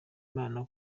imana